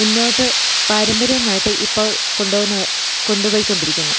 മുന്നോട്ട് പാരമ്പര്യമായിട്ട് ഇപ്പോൾ കൊണ്ടു പോകുന്ന കൊണ്ടുപോയി കൊണ്ടിരിക്കുന്നു